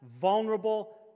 vulnerable